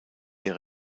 der